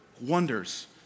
wonders